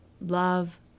love